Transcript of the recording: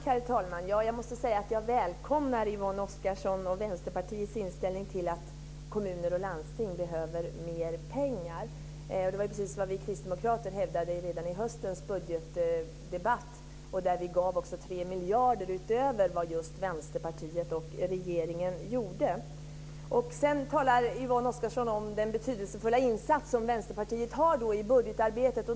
Herr talman! Jag måste säga att jag välkomnar Yvonne Oscarssons och Vänsterpartiets inställning till att kommuner och landsting behöver mer pengar. Det var precis vad vi kristdemokrater hävdade redan i höstens budgetdebatt. Vi gav också 3 miljarder kronor utöver vad Vänsterpartiet och regeringen gjorde. Yvonne Oscarsson talar sedan om den betydelsefulla insats som Vänsterpartiet har gjort i budgetarbetet.